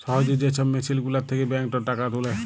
সহজে যে ছব মেসিল গুলার থ্যাকে ব্যাংকটর টাকা তুলে